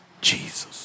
Jesus